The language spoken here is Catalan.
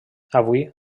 avui